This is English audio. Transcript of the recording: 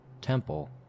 Temple